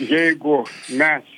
jeigu mes